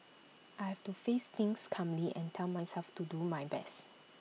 I have to face things calmly and tell myself to do my best